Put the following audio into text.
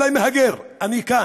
נתניהו אולי מהגר, אני כאן,